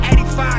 85